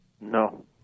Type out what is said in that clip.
No